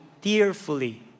tearfully